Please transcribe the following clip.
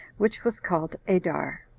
which was called adar.